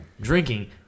drinking